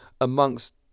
amongst